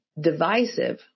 divisive